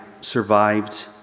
survived